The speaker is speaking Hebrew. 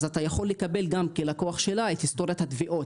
אז אתה יכול לקבל גם כלקוח שלה את היסטורית התביעות.